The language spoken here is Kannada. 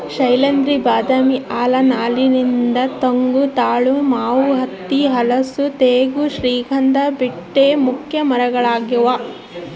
ಶೈಲೇಂದ್ರ ಬಾದಾಮಿ ಆಲ ನಾಗಲಿಂಗ ತೆಂಗು ತಾಳೆ ಮಾವು ಹತ್ತಿ ಹಲಸು ತೇಗ ಶ್ರೀಗಂಧ ಬೀಟೆ ಮುಖ್ಯ ಮರಗಳಾಗ್ಯಾವ